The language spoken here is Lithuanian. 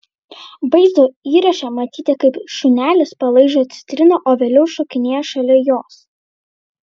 vaizdo įraše matyti kaip šunelis palaižo citriną o vėliau šokinėja šalia jos